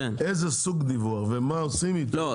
איזה סוג דיווח ומה עושים --- לא.